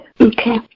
Okay